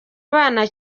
abana